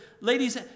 Ladies